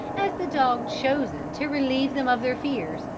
as the dog chosen to releive them of their fears,